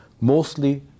mostly